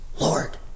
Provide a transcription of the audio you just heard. Lord